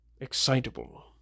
excitable